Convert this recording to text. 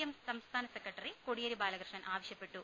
M സംസ്ഥാന secretary Kodiyeri Balakrishnan ആവശ്യപ്പെട്ടു